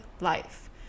life